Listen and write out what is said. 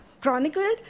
chronicled